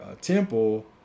temple